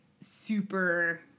super